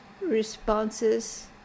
responses